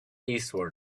eastward